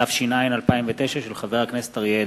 התש”ע 2009, של חבר הכנסת אריה אלדד.